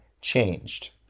changed